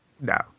No